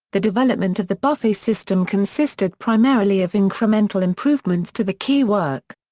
the development of the buffet system consisted primarily of incremental improvements to the keywork.